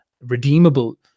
redeemable